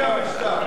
המשטר.